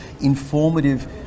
informative